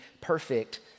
perfect